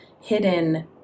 hidden